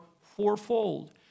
fourfold